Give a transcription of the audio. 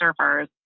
surfers